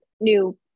new